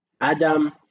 Adam